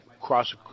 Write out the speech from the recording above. cross